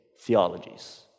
theologies